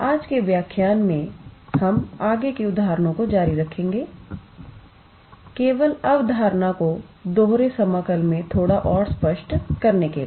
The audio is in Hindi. आज के व्याख्यान में हम आगे के उदाहरणों को जारी रखेंगे केवल अवधारणा को दोहरे समाकल में थोड़ा और स्पष्ट करने के लिए